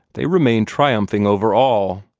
they remained triumphing over all.